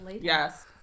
yes